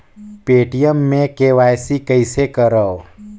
Paytm मे KYC कइसे करव?